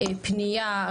פנייה,